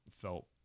felt